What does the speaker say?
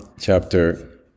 chapter